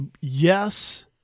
yes